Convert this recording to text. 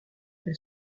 elle